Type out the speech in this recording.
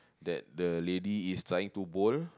that the lady is trying to bowl